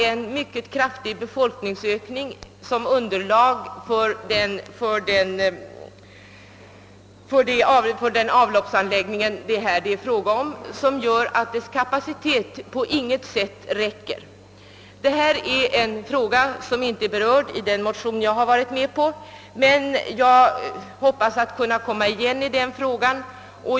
En mycket kraftig befolkningsökning kan också medföra att anläggningens kapacitet inte alls räcker till. Detta är en sak som inte berörs i den motion jag har varit med om att underteckna, men jag hoppas att kunna komma igen i denna fråga.